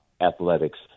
athletics